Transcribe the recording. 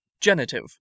Genitive